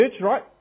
right